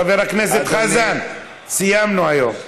חבר הכנסת חזן, סיימנו היום.